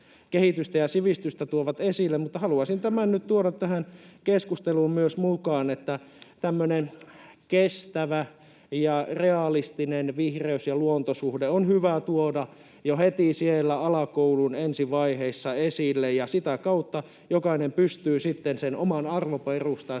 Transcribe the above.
kehitystä ja sivistystä tuovat esille, mutta haluaisin tämän nyt tuoda tähän keskusteluun myös mukaan, että tämmöinen kestävä ja realistinen vihreys ja luontosuhde on hyvä tuoda jo heti siellä alakoulun ensivaiheissa esille, ja sitä kautta jokainen pystyy sitten sen oman arvoperustansa